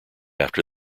after